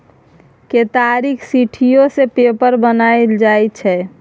केतारीक सिट्ठीयो सँ पेपर बनाएल जाइ छै